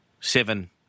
seven